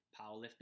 powerlifting